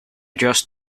just